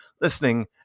listening